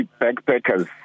backpackers